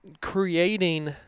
creating